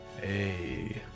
Hey